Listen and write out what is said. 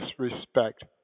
disrespect